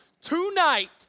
tonight